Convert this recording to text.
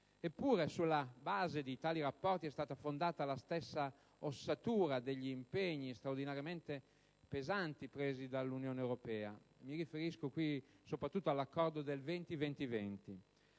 Eppure, sulla base di tali rapporti è stata fondata la stessa ossatura degli impegni straordinariamente pesanti presi dall'Unione europea. Mi riferisco soprattutto all'Accordo del 20-20-20.